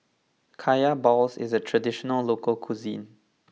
Kaya Balls is a traditional local cuisine